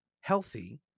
healthy